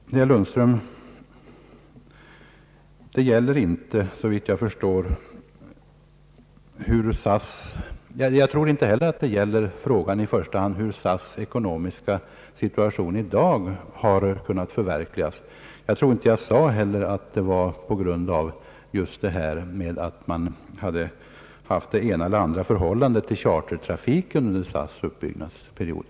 Till herr Lundström vill jag säga: Jag tror inte att frågan i första hand gäller hur SAS:s ekonomiska situation i dag har kunnat förverkligas. Jag tror inte heller att jag sade att SAS:s nuvarande ekonomiska ställning har sin grund i att man haft det ena eller andra förhållandet på chartertrafikområdet under SAS:s uppbyggnadsperiod.